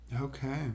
Okay